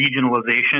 regionalization